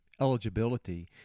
eligibility